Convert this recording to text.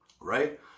right